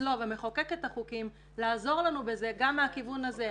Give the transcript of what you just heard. אצלו ומחוקק את החוקים לעזור לנו בזה גם מהכיוון הזה.